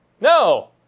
No